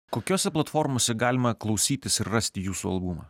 kokiose platformose galima klausytis ir rasti jūsų albumą